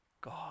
God